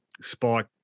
Spike